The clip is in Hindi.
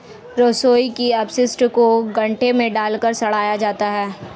रसोई के अपशिष्ट को गड्ढे में डालकर सड़ाया जाता है